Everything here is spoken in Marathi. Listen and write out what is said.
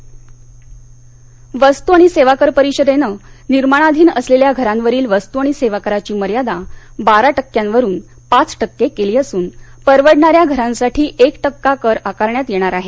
वस्त आणि सेवाकर वस्तू आणि सेवाकर परिषदेनं निर्माणाधीन असलेल्या घरांवरील वस्तू आणि सेवाकराची मर्यादा बारा टक्क्यांवरून पाच टक्के केली असून परवडणाऱ्या घरांसाठी एक टक्का कर आकारण्यात येणार आहे